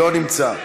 לא נמצא,